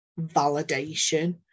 validation